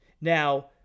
Now